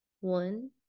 One